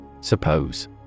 Suppose